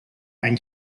any